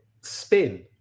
spin